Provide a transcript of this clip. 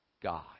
God